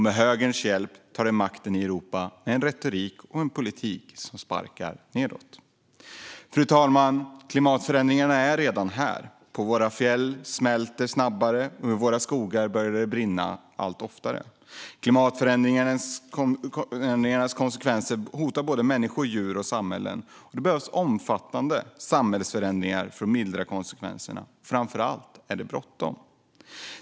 Med högerns hjälp tar de makten i Europa genom en retorik och en politik som sparkar nedåt. Fru talman! Klimatförändringarna är redan här. På våra fjäll smälter det snabbare, och i våra skogar börjar det brinna allt oftare. Klimatförändringarnas konsekvenser hotar människor, djur och samhällen. Det behövs omfattande samhällsförändringar för att mildra konsekvenserna. Framför allt är det bråttom.